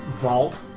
vault